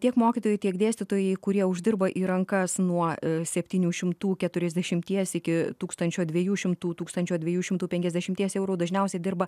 tiek mokytojai tiek dėstytojai kurie uždirba į rankas nuo septynių šimtų keturiasdešimties iki tūkstančio dviejų šimtų tūkstančio dviejų šimtų penkiasdešimties eurų dažniausiai dirba